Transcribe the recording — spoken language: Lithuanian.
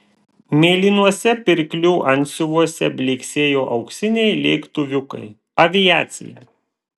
mėlynuose pirklių antsiuvuose blyksėjo auksiniai lėktuviukai aviacija